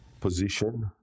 Position